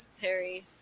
Harry